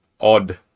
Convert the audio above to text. odd